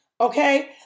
okay